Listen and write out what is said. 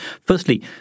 Firstly